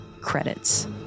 credits